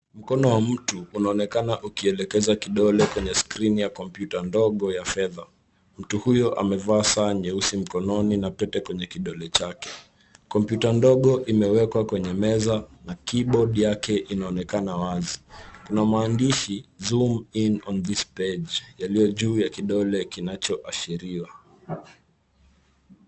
Mkono wa mtu, unaonekana ukielekeza kidole kwenye skrini ya kompyuta ndogo ya fedha. Mtu huyo amevaa saa nyeusi mkononi na pete kwenye kidole chake. Kompyuta ndogo imewekwa kwenye meza na keyboard yake inaonekana wazi. Kuna maandishi zoom in on this page yaliyo juu ya kidole kinachoashiriwa.